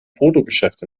fotogeschäft